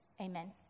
amen